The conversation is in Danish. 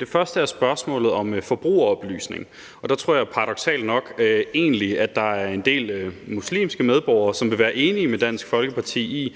Det første er spørgsmålet om forbrugeroplysning, og jeg tror paradoksalt nok, at der egentlig er en del muslimske medborgere, som vil være enige med Dansk Folkeparti i,